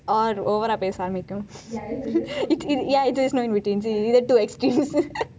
or over ஆ பேசு ஆரம்பிக்கும்:a pesa arambikkum ya there is no in between so either two extremes